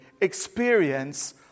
experience